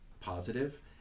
positive